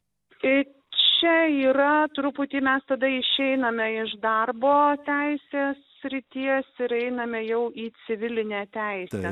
ei čia yra truputį mes tada išeiname iš darbo teisės srities ir einame jau į civilinę teisę